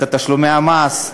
את תשלומי המס,